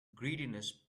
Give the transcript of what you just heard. greediness